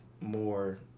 more